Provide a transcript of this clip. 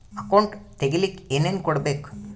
Account ತೆಗಿಲಿಕ್ಕೆ ಏನೇನು ಕೊಡಬೇಕು?